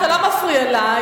אתה לא מפריע לה.